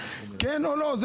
כן או לא?